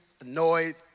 annoyed